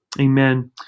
Amen